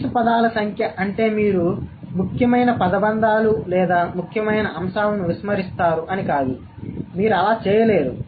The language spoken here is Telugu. కనీస పదాల సంఖ్య అంటే మీరు ముఖ్యమైన పదబంధాలు లేదా ముఖ్యమైన అంశాలను విస్మరిస్తారు అని కాదు మీరు అలా చేయలేరు